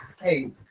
hey